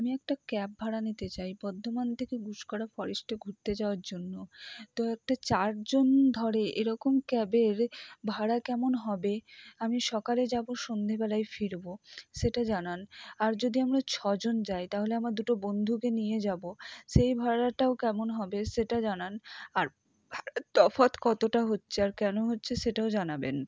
আমি একটা ক্যাব ভাড়া নিতে চাই বর্ধমান থেকে গুসকরা ফরেস্টে ঘুরতে যাওয়ার জন্য তো একটা চারজন ধরে এরকম ক্যাবের ভাড়া কেমন হবে আমি সকালে যাব সন্ধেবেলায় ফিরব সেটা জানান আর যদি আমরা ছজন যাই তাহলে আমার দুটো বন্ধুকে নিয়ে যাব সেই ভাড়াটাও কেমন হবে সেটা জানান আর তফাৎ কতটা হচ্ছে আর কেন হচ্ছে সেটাও জানাবেন